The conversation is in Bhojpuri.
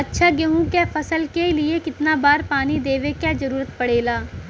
अच्छा गेहूँ क फसल के लिए कितना बार पानी देवे क जरूरत पड़ेला?